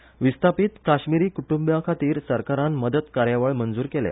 वेवस्थापीत कश्मीरी कुटुंबां खातीर सरकारान मजत कार्यावळ मंजूर केल्या